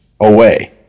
away